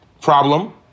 problem